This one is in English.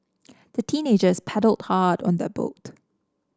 the teenagers paddled hard on their boat